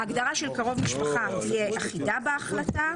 ההגדרה של "קרוב משפחה" תהיה אחידה בהחלטה.